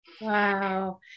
Wow